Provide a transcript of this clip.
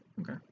Okay